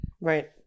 right